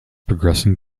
progressing